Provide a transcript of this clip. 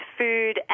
food